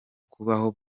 kubaho